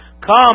Come